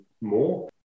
more